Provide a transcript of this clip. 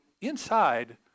inside